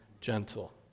gentle